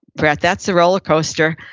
brett. that's a roller coaster.